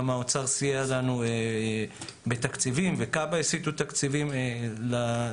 גם האוצר סייע לנו בתקציבים וכב"ה הסיטו תקציבים לנושא.